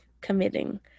committing